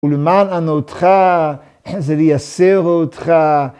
ולמען ענותך, זה לייסר אותך.